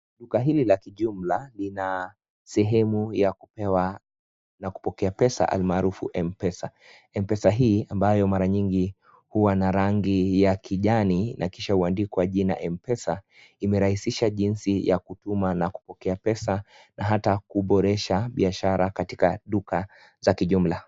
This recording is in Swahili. Duka hili la kijumla lina sehemu ya kupewa na kupokea pesa almaarufu M-pesa. M-pesa hii ambayo mara nyingi huwa na rangi ya kijani na kisha huandikwa jina M-pesa imerahisisha jinsi ya kutumia na kupokea pesa na hata kuboresha biashara katika duka za kijumla.